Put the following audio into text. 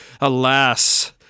Alas